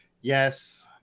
Yes